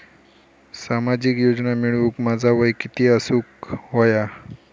सामाजिक योजना मिळवूक माझा वय किती असूक व्हया?